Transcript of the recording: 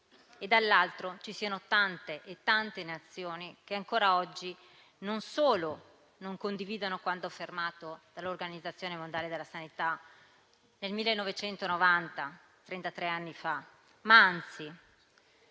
e, dall'altro, ci siano tante Nazioni che ancora oggi non solo non condividono quanto affermato dall'Organizzazione mondiale della sanità nel 1990, trentatré anni fa, ma anzi